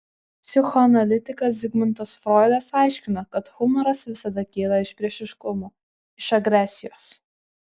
psichoanalitikas zigmundas froidas aiškino kad humoras visada kyla iš priešiškumo iš agresijos